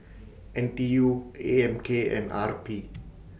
N T U A M K and R P